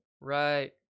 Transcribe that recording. right